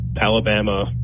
Alabama